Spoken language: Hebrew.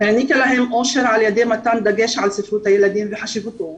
העניקה להם אושר על ידי מתן דגש על ספרות הילדים וחשיבותה.